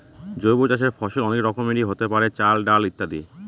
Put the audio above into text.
জৈব চাষের ফসল অনেক রকমেরই হতে পারে, চাল, ডাল ইত্যাদি